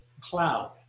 Cloud